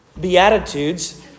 Beatitudes